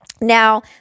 Now